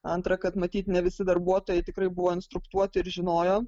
antra kad matyt ne visi darbuotojai tikrai buvo instruktuoti ir žinojo